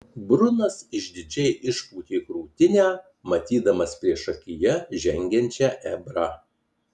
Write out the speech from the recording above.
brunas išdidžiai išpūtė krūtinę matydamas priešakyje žengiančią ebrą